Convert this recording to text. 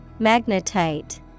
Magnetite